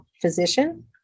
physician